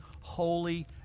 holy